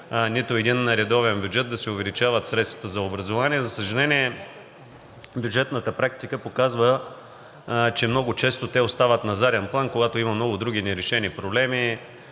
нито един редовен бюджет да се увеличават средствата за образование. За съжаление, бюджетната практика показва, че много често те остават на заден план – когато има много други нерешени проблеми,